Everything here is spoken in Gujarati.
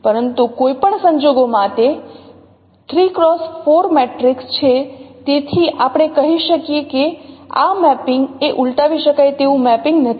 પરંતુ કોઈ પણ સંજોગોમાં તે 3 X 4 મેટ્રિક્સ છે તેથી આપણે કહી શકીએ કે આ મેપિંગ એ ઉલટાવી શકાય તેવું મેપિંગ નથી